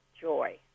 joy